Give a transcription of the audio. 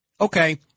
okay